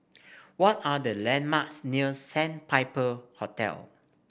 what are the landmarks near Sandpiper Hotel